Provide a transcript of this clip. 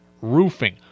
roofing